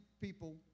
people